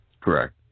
Correct